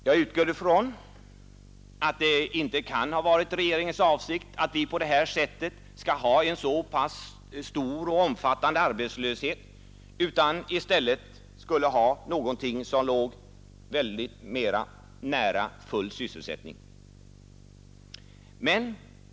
Jag utgår ifrån att det inte kan ha varit regeringens avsikt att vi på det här sättet skall ha en så stor och omfattande arbetslöshet utan att vi skulle ha någonting som låg väldigt mycket närmare full sysselsättning.